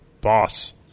boss